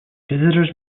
visitors